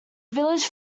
village